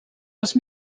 els